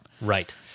Right